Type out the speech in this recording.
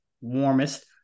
warmest